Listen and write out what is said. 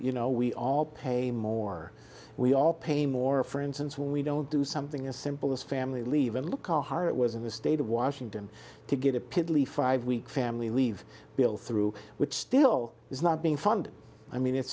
you know we all pay more we all pay more for instance when we don't do something as simple as family leave and look hard it was in the state of washington to get a piddly five week family leave bill through which still is not being funded i mean it's